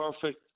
Perfect